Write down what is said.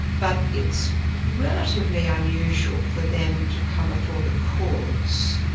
but it's relatively unusual for them to come before the courts.